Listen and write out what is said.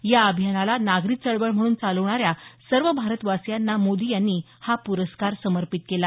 या अभियानाला नागरी चळवळ म्हणून चालवणाऱ्या सर्व भारतवासीयांना मोदी यांनी हा पुरस्कार समर्पित केला